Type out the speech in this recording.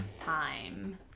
time